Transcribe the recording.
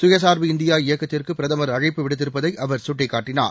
சுயசார்பு இந்தியா இயக்கத்திற்கு பிரதமா அழைப்பு விடுத்திருப்பதை அவா் சுட்டிக்காட்டினார்